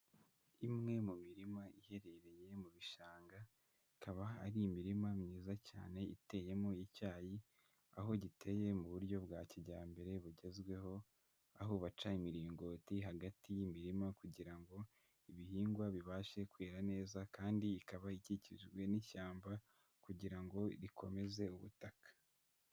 Imwe mu mirima iherereye mu bishanga, ikaba ari imirima myiza cyane iteyemo icyayi, aho giteye mu buryo bwa kijyambere bugezweho, aho baca imiringoti hagati y'imirima kugira ngo ibihingwa bibashe kwera neza kandi ikaba ikikijwe n'ishyamba kugira ngo rikomeze ubutaka.